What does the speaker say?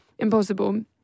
Impossible